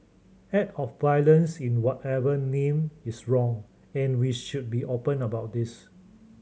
act of violence in whatever name is wrong and we should be open about this